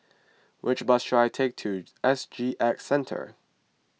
which bus should I take to S G X Centre